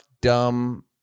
dumb